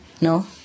No